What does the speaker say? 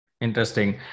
Interesting